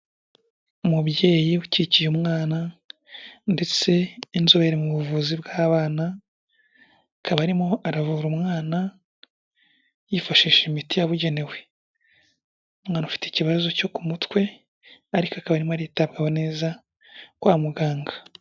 Umubyeyi ukikiye umwana ndetse ni inzobere mu buvuzi bw'abana, akaba arimo aravura umwana yifashisha imiti yabugenewe. Umwana ufite ikibazo cyo ku mutwe ariko akaba arimo kwitabwaho neza na muganga.